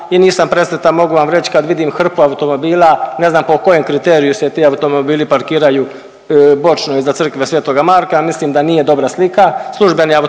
i nisam presretan mogu vam reć kad vidim hrpu automobila, ne znam po kojem kriteriju se ti automobili parkiraju bočno iza Crkve sv. Marka, ja mislim da nije dobra slika,